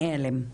מעלם.